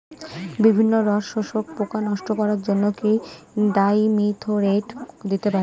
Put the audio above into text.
বিভিন্ন রস শোষক পোকা নষ্ট করার জন্য কি ডাইমিথোয়েট দিতে পারি?